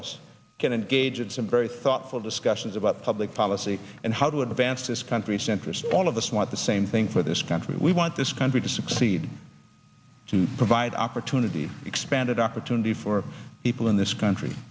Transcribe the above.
can engage in some very thoughtful discussions about public policy and how to advance this country centrist all of us want the same thing for this country we want this country to succeed to provide opportunity expanded opportunity for people in this country